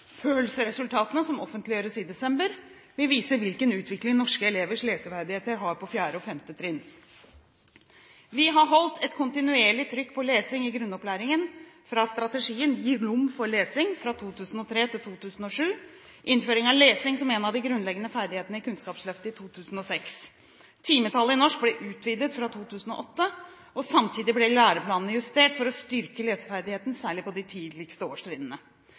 som offentliggjøres i desember, vil vise hvilken utvikling norske elevers leseferdigheter på 4. og 5. trinn har hatt. Vi har holdt et kontinuerlig trykk på lesing i grunnopplæringen fra strategien Gi rom for lesing! 2003–2007, innføring av lesing som en av de grunnleggende ferdighetene i Kunnskapsløftet i 2006. Timetallet i norsk ble utvidet fra 2008, og samtidig ble læreplanen justert for å styrke leseferdigheten, særlig på de tidligste årstrinnene.